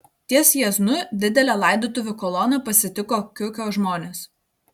ties jieznu didelę laidotuvių koloną pasitiko kiukio žmonės